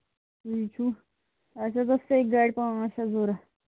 إِں ہٕنٛہ اَسہِ حظ آسہٕ سیٚکہِ گاڑِ پانٛژھ آسہٕ ضروٗرت